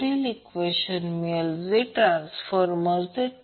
तर ते XL XC असेल R किंवा XC असू शकते